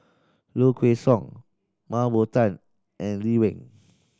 Low Kway Song Mah Bow Tan and Lee Wen